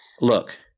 look